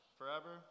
forever